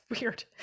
weird